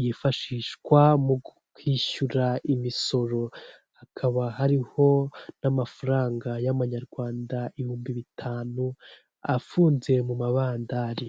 yifashishwa mu kwishyura imisoro hakaba hariho n'amafaranga y'amanyarwanda ibihumbi bitanu afunze mu mabandari.